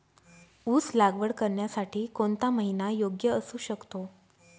ऊस लागवड करण्यासाठी कोणता महिना योग्य असू शकतो?